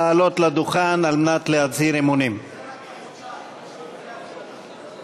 בן עיזאת בן סלמאן קרא ווג'יה בת עדואן חלבי,